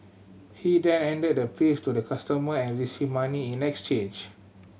he then handed the pills to the customer and received money in next change